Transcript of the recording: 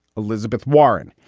elizabeth warren.